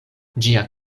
ĝia